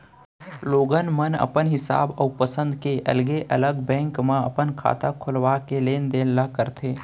लोगन मन अपन हिसाब अउ पंसद के अलगे अलग बेंक म अपन खाता खोलवा के लेन देन ल करथे